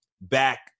back